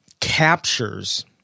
captures